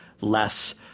less